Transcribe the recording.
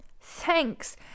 Thanks